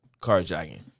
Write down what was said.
carjacking